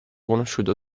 conosciuto